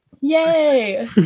Yay